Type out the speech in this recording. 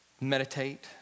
meditate